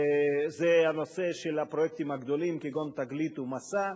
זה הנושא של הפרויקטים הגדולים כגון "תגלית" ו"מסע".